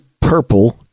purple